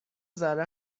ذره